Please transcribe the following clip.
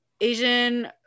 Asian